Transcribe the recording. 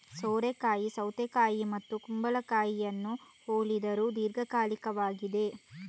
ಸೋರೆಕಾಯಿ ಸೌತೆಕಾಯಿ ಮತ್ತು ಕುಂಬಳಕಾಯಿಯನ್ನು ಹೋಲಿದರೂ ದೀರ್ಘಕಾಲಿಕವಾಗಿದೆ